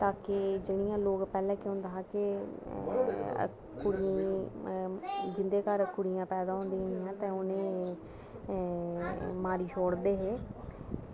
ताकी जियां लोग पैह्लें लोग केह् होंदा हा की ते जिंदे घर कुड़ियां होंदियां हियां तां उनेंगी मारी छोड़दे हे